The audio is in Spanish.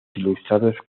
ilustrados